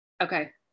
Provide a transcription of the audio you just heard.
Okay